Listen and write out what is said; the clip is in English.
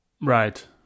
Right